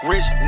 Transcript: Rich